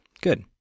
Good